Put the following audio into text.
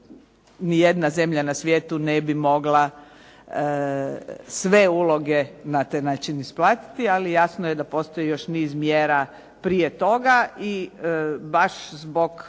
ni jedna zemlja na svijetu ne bi mogla sve uloge na taj način isplatiti, ali jasno je da postoji još niz mjera prije toga i baš zbog